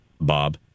Bob